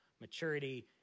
maturity